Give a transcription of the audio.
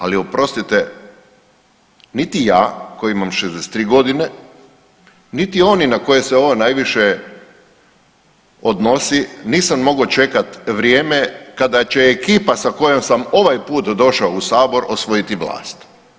Ali oprostite niti ja koji imam 63 godine, niti oni na koje se ovo najviše odnosi nisam mogao čekati vrijeme kada će ekipa sa kojom sam ovaj put došao u Sabor usvojiti vlast.